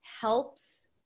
helps